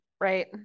right